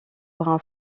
brun